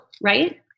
right